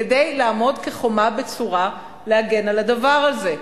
כדי לעמוד כחומה בצורה להגן על הדבר הזה.